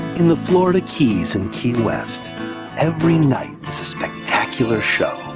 in the florida keys and key west every night is a spectacular show,